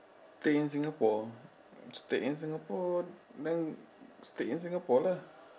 stay in Singapore stay in Singapore then stay in Singapore lah